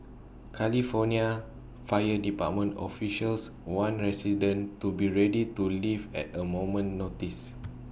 California fire department officials warned residents to be ready to leave at A moment's notice